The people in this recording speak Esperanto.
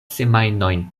semajnojn